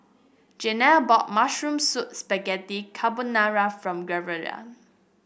Jeannie bought Mushroom Spaghetti Carbonara for